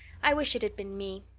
i wish it had been me.